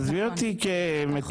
עזבי אותי כמטופל.